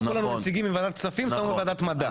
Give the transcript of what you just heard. לקחו לנו נציגים מוועדת כספים ושמו בוועדת מדע.